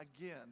again